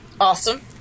awesome